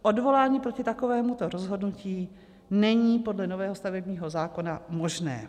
Odvolání proti takovému rozhodnutí není podle nového stavebního zákona možné.